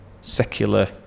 secular